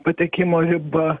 patekimo riba